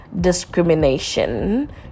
discrimination